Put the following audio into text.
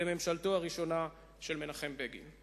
בממשלתו הראשונה של מנחם בגין.